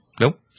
Nope